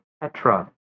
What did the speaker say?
Petra